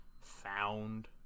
found